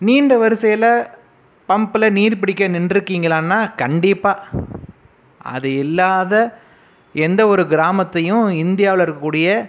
நீண்ட வரிசையில பம்ப்பில நீர் பிடிக்க நின்ருக்கிங்களான்னா கண்டிப்பாக அது இல்லாத எந்த ஒரு கிராமத்தையும் இந்தியாவில் இருக்க கூடிய